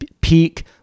peak